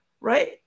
right